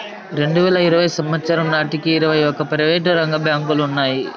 రెండువేల ఇరవై సంవచ్చరం నాటికి ఇరవై ఒక్క ప్రైవేటు రంగ బ్యాంకులు ఉన్నాయి